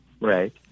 Right